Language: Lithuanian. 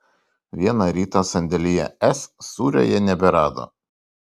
vieną rytą sandėlyje s sūrio jie neberado